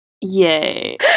Yay